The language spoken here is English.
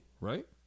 right